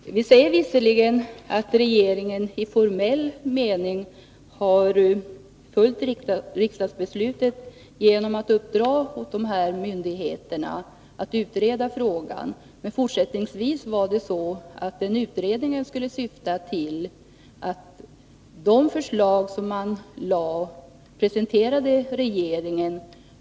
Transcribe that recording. Fru talman! Vi säger visserligen att regeringen i formell mening har följt riksdagsbeslutet genom att uppdra åt vederbörande myndigheter att utreda frågan, men fortsättningsvis var ju avsikten att de utredningsförslag som presenterades skulle verkställas.